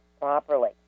properly